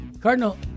Cardinal